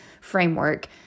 framework